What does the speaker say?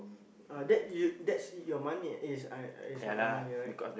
uh that you that's your money is I uh is not my money right